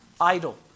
idle